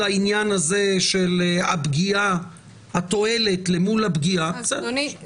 העניין הזה של התועלת אל מול הפגיעה --- אדוני,